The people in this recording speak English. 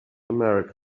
america